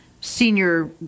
senior